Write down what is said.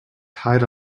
tied